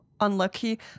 unlucky